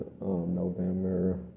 November